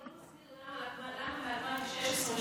אבל אתה לא מסביר למה מ-2016,